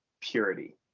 purity